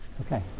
Okay